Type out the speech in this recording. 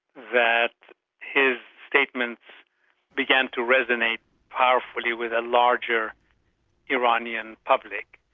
that his statements began to resonate powerfully with a larger iranian public.